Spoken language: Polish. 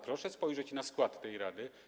Proszę spojrzeć na skład tej rady.